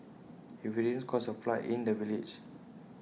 heavy rains caused A flood in the village